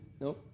No